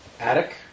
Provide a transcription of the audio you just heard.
attic